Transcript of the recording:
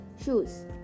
shoes